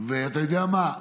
ואתה יודע מה,